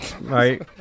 right